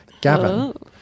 Gavin